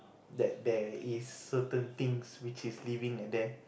that there is certain things which is leaving at there